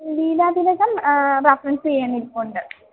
Leelathilakam reference ചെയ്യാനിരിപ്പുണ്ട്